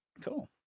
cool